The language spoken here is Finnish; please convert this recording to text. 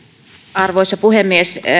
arvoisa puhemies